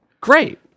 Great